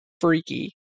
Freaky